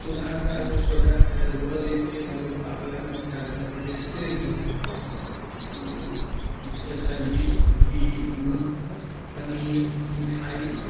सुधा का जो प्रोडक्ट है वो लेके हम लोग पार्लर में अपना घर पे बेचते भी हैं वो जैसे दही घी दूध पनीर मिठाई